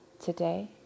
Today